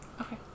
Okay